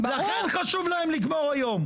לכן חשוב להם לגמור היום.